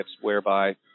whereby